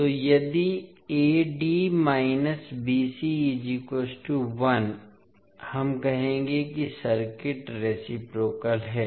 तो यदि हम कहेंगे कि सर्किट रेसिप्रोकाल है